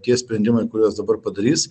tie sprendimai kuriuos dabar padarys